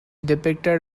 depicted